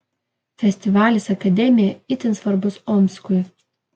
festivalis akademija itin svarbus omskui